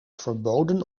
verboden